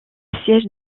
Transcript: siège